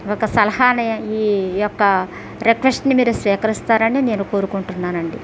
ఒక సలహాని ఈ యొక్క రిక్వెస్ట్ని మీరు స్వీకరిస్తారని నేను కోరుకుంటున్నానండి